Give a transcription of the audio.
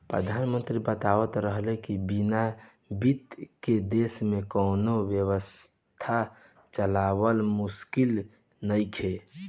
प्रधानमंत्री बतावत रहले की बिना बित्त के देश में कौनो व्यवस्था चलावल मुमकिन नइखे